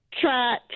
try